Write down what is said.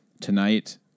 tonight